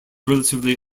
relatively